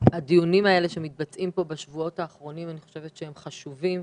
בשבועות האחרונים הם חשובים.